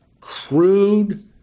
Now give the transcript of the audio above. crude